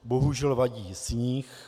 Bohužel vadí sníh.